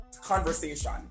conversation